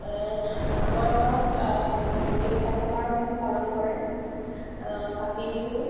আমাৰ গাঁৱত তিনিটা প্ৰকাৰৰ বিহু পালন কৰে কাতি বিহু